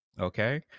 Okay